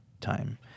time